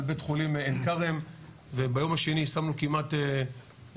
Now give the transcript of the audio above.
בית חולים עין כרם וביום השני שמנו כמעט 15